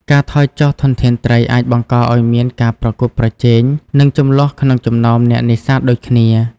ការថយចុះធនធានត្រីអាចបង្កឱ្យមានការប្រកួតប្រជែង និងជម្លោះក្នុងចំណោមអ្នកនេសាទដូចគ្នា។